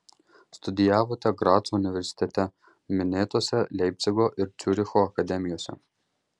studijavote graco universitete minėtose leipcigo ir ciuricho akademijose